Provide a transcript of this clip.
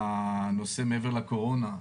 מעבר לנושא הקורונה,